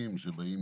לקורונה,